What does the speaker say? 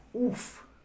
Oof